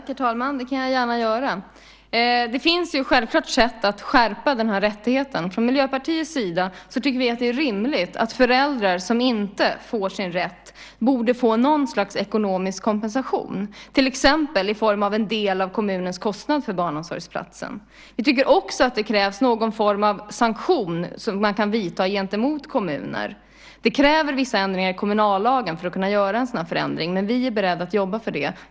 Herr talman! Det kan jag gärna göra. Det finns självklart sätt att skärpa den här rättigheten. Från Miljöpartiets sida tycker vi att det är rimligt att föräldrar som inte får sin rätt borde få något slags ekonomisk kompensation, till exempel i form av en del av kommunens kostnad för barnomsorgsplatsen. Vi tycker också att det krävs någon form av sanktion som man kan vidta gentemot kommuner. Det krävs vissa ändringar i kommunallagen om man ska kunna göra en sådan förändring, men vi är beredda att jobba för det.